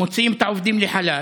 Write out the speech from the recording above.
מוציאים את העובדים לחל"ת,